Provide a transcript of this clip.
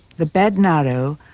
the bed narrow.